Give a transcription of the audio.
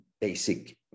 basic